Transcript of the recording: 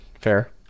Fair